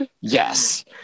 Yes